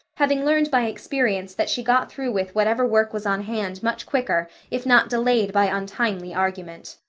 having learned by experience that she got through with whatever work was on hand much quicker if not delayed by untimely argument.